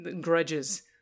grudges